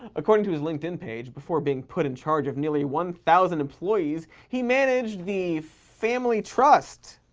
according to his linkedin page, before being put in charge of nearly one thousand employees he managed the family trust,